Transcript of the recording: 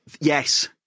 Yes